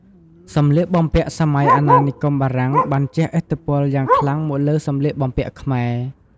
សម្លៀកបំពាក់សម័យអាណានិគមបារាំងបានជះឥទ្ធិពលយ៉ាងខ្លាំងមកលើសម្លៀកបំពាក់ខ្មែរ។